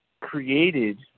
created